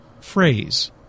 phrase